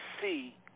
see